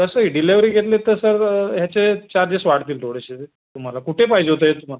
कसंही डिलेवरी घेतलीत तर सर ह्याचे चार्जेस वाढतील थोडेसे तुम्हाला कुठे पाहिजे होतं हे तुम्हाला